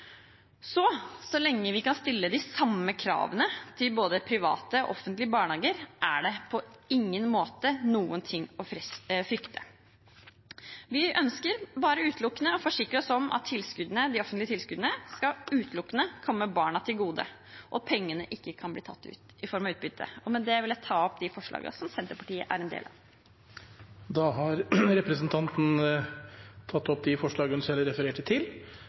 Så lenge vi kan stille de samme kravene til både private og offentlige barnehager, er det på ingen måte noen ting å frykte. Vi ønsker bare å forsikre oss om at de offentlige tilskuddene utelukkende skal komme barna til gode, og at pengene ikke kan bli tatt ut i form av utbytte. Med det vil jeg ta opp det forslaget Senterpartiet er alene om, og det forslaget Senterpartiet og SV står sammen om.. Representanten Marit Knutsdatter Strand har tatt opp de forslagene hun refererte til.